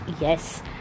yes